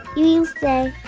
you say,